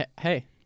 Hey